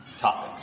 topics